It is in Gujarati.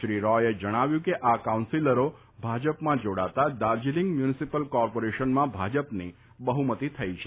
શ્રી રોયે જણાવ્યું કે આ કાઉન્સીલરો ભાજપમાં જોડાતા દાર્જીલિંગ મ્યુનિસિપલ કોર્પોરેશનમાં ભાજપની બહુમતિ થઇ છે